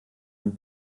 dem